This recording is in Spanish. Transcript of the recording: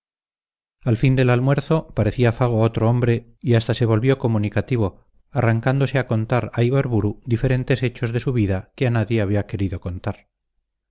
al fin del almuerzo parecía fago otro hombre y hasta se volvió comunicativo arrancándose a contar a ibarburu diferentes hechos de su vida que a nadie había querido contar